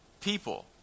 people